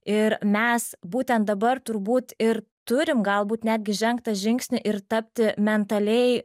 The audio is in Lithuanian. ir mes būtent dabar turbūt ir turim galbūt netgi žengt tą žingsnį ir tapti mentaliai